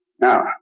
Now